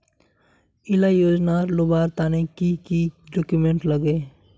इला योजनार लुबार तने की की डॉक्यूमेंट लगे?